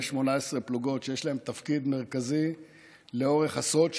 יש 18 פלוגות שיש להן תפקיד מרכזי לאורך עשרות שנים.